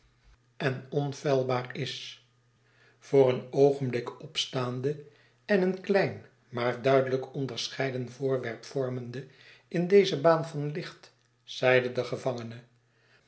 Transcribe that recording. veroorzaakt baar is voor een oogenblik opstaande en een klein maar duidelijkonderscheidenvoorwerpvormende in deze baan van licht zeide de gevangene